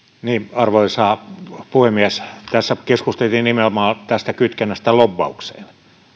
arvoisa puhemies tässä keskusteltiin nimenomaan kytkennästä lobbaukseen